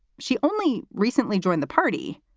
she only recently joined the party.